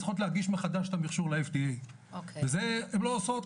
צריכות להגיש מחדש את המכשור ל-FDA וזה הם לא עושות,